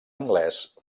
anglès